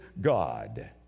God